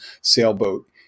sailboat